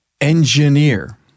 Engineer